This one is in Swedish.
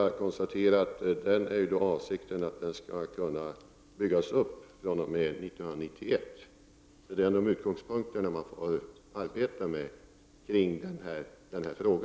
Avsikten är att fonden skall börja byggas upp fr.o.m. 1991. Det är utgångspunkten när man arbetar med denna fråga.